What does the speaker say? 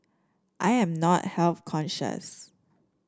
I am not health conscious